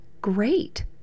great